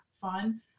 fun